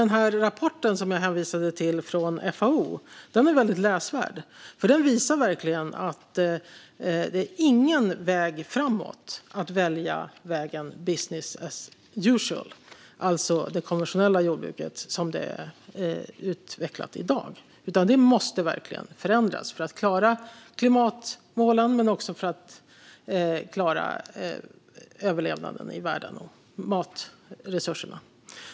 Den rapport från FAO som jag hänvisade till är väldigt läsvärd, för den visar verkligen att business as usual - alltså det konventionella jordbruket som det är utvecklat i dag - inte är någon väg framåt. Det måste verkligen förändras, både för att klara klimatmålen och för att klara överlevnaden och matresurserna i världen.